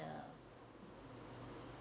hmm